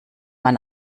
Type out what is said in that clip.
man